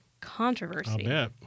controversy